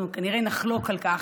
אנחנו כנראה נחלוק על כך,